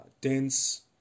dense